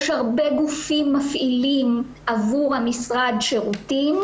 יש הרבה גופים שמפעילים עבור המשרד שירותים,